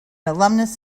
alumnus